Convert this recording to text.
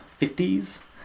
50s